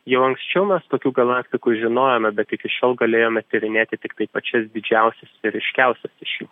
jau anksčiau mes tokių galaktikų žinojome bet iki šiol galėjome tyrinėti tiktai pačias didžiausias ir ryškiausias iš jų